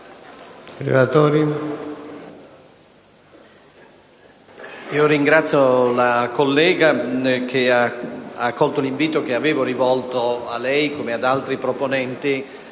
ringrazio la collega, che ha accolto l'invito che avevo rivolto, a lei come ad altri proponenti,